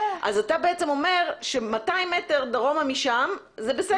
אתה בעצם אומר ש-200 מטרים דרומה משם, זה בסדר.